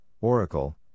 Oracle